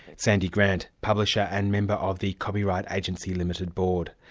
sandy grant, publisher and member of the copyright agency limited board.